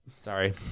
sorry